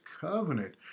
Covenant